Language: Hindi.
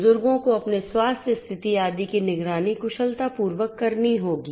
बुजुर्गों को अपनी स्वास्थ्य स्थिति आदि की निगरानी कुशलतापूर्वक करनी होगी